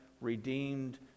redeemed